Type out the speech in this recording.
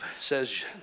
says